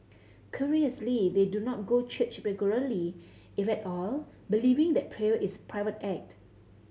curiously they do not go church regularly if at all believing that prayer is a private act